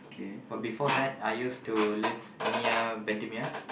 but before that I used to live near Bendemeer